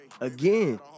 Again